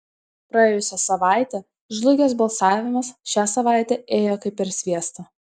praėjusią savaitę žlugęs balsavimas šią savaitę ėjo kaip per sviestą